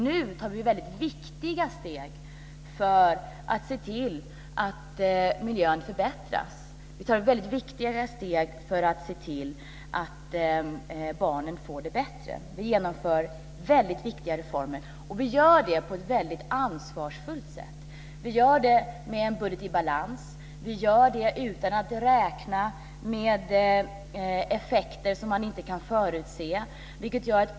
Nu tar vi väldigt viktiga steg för att se till att miljön förbättras. Vi tar väldigt viktiga steg för att se till att barnen får det bättre. Vi genomför väldigt viktiga reformer, och vi gör det på ett väldigt ansvarsfullt sätt. Vi gör det med en budget i balans. Vi gör det utan att räkna med effekter som man inte kan förutse.